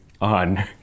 on